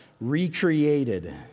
recreated